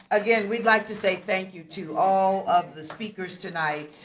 again we'd like to say thank you to all of the speakers tonight.